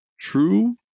True